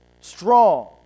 strong